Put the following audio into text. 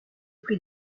prit